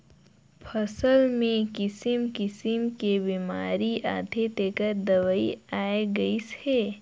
फसल मे किसिम किसिम के बेमारी आथे तेखर दवई आये गईस हे